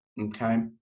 okay